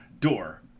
Door